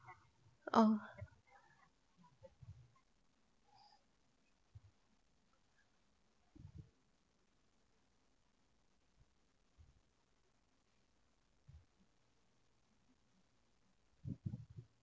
oh